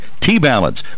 T-Balance